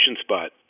spot